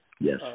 yes